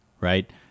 right